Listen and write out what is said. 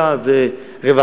סעד זה רווחה,